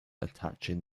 attaching